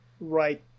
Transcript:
right